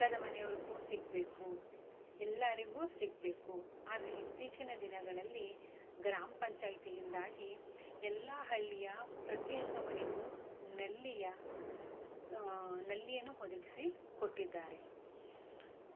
ಪಕ್ಕದ ಮನೆಯವರಿಗೂ ಸಿಗಬೇಕು ಎಲ್ಲರಿಗು ಸಿಗಬೇಕು ಆದರೆ ಇತ್ತೀಚಿನ ದಿನಗಳಲ್ಲಿ ಗ್ರಾಮ ಪಂಚಾಯತಿ ಇಂದಾಗಿ ಎಲ್ಲ ಹಳ್ಳಿಯ ಪ್ರತಿಯೊಂದು ಮನೆಗೂ ನಲ್ಲಿಯ ನಲ್ಲಿಯನ್ನು ಒದಗಿಸಿ ಕೊಟ್ಟಿದ್ದಾರೆ